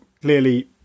clearly